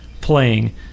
playing